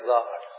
God